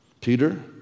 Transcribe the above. Peter